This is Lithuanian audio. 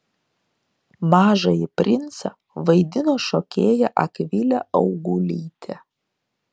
mažąjį princą vaidino šokėja akvilė augulytė